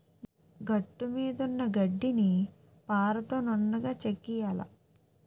గట్టుమీదున్న గడ్డిని పారతో నున్నగా చెక్కియ్యాల